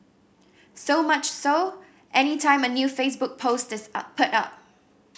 so much so any time a new Facebook post is up put up